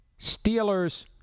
Steelers